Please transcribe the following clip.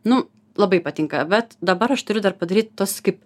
nu labai patinka bet dabar aš turiu dar padaryt tuos kaip